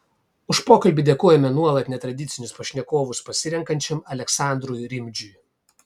už pokalbį dėkojame nuolat netradicinius pašnekovus pasirenkančiam aleksandrui rimdžiui